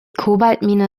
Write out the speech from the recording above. kobaltmine